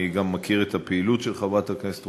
אני גם מכיר את הפעילות של חברת הכנסת